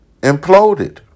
imploded